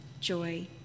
joy